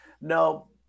no